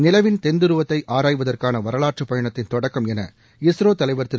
நிலவின் தென்துருவத்தை ஆராய்வதற்கான வரவாற்றுப் பயணத்தின் தொடக்கம் என இஸ்ரோ தலைவர் திரு